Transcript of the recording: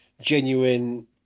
genuine